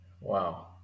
Wow